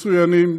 מצוינים,